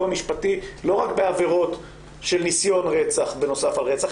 משפטי לא רק בעבירות של ניסיון רצח בנוסף לרצח,